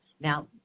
Now